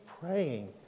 praying